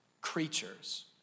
creatures